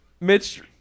Mitch